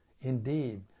Indeed